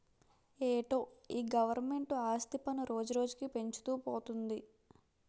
ఏటో ఈ గవరమెంటు ఆస్తి పన్ను రోజురోజుకీ పెంచుతూ పోతంది